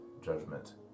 judgment